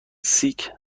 سیک